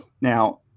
Now